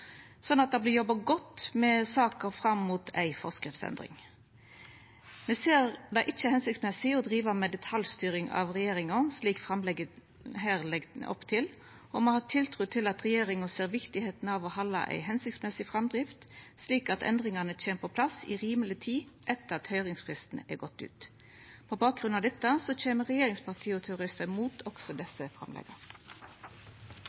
det vert jobba godt med saka fram mot ei forskriftsendring. Me ser det ikkje nyttig å driva med detaljstyring av regjeringa, slik framlegget her legg opp til, og me har tiltru til at regjeringa ser verdien av å halda ei god framdrift, slik at endringane kjem på plass i rimeleg tid etter at høyringsfristen har gått ut. På bakgrunn av dette kjem regjeringspartia til å røysta mot også